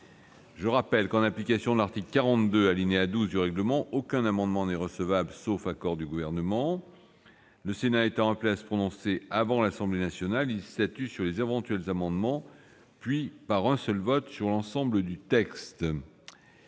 Je rappelle que, en application de l'article 42, alinéa 12, du règlement, aucun amendement n'est recevable, sauf accord du Gouvernement ; en outre, le Sénat étant appelé à se prononcer avant l'Assemblée nationale, il statue d'abord sur les éventuels amendements, puis, par un seul vote, sur l'ensemble du texte.